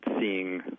seeing